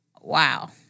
Wow